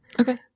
Okay